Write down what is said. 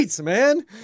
man